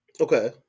Okay